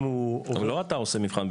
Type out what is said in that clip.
אם הוא --- אבל לא אתה עושה מבחן,